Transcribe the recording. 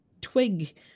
twig